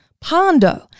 Pando